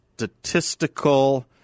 statistical